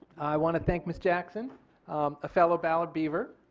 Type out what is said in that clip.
i want to thank ms. jackson a fellow ballard beaver.